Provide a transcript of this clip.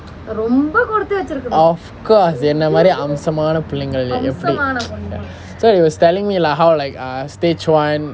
of course என்ன மாதிரி அம்சமான பிள்ளைகளே:enna maathiri amsamaana pillaikale so he was telling me lah how like err stage one